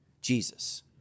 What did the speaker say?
Jesus